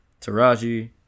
Taraji